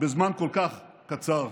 בזמן כל כך קצר: